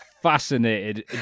fascinated